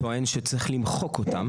ההצעה פה היא שרק מנהל היחידה הארצית,